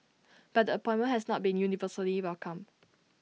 but the appointment has not been universally welcomed